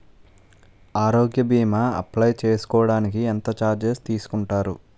ఆరోగ్య భీమా అప్లయ్ చేసుకోడానికి ఎంత చార్జెస్ తీసుకుంటారు?